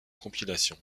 compilation